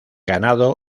ganado